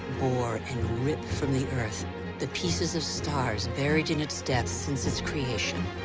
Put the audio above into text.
bore and rip from the earth the pieces of stars buried in its depths since its creation.